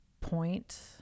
point